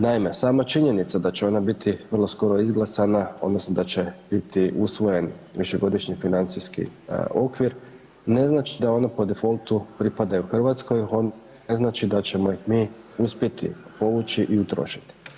Naime, sama činjenica da će ona biti vrlo skoro izglasana odnosno da će biti usvojen višegodišnji financijski okvir, ne znači da ono po difoltu pripadaju Hrvatskoj, ne znači da ćemo ih mi uspjeti povući i utrošiti.